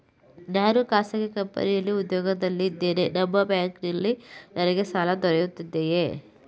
ನಾನು ಖಾಸಗಿ ಕಂಪನಿಯಲ್ಲಿ ಉದ್ಯೋಗದಲ್ಲಿ ಇದ್ದೇನೆ ನಿಮ್ಮ ಬ್ಯಾಂಕಿನಲ್ಲಿ ನನಗೆ ಸಾಲ ದೊರೆಯುತ್ತದೆಯೇ?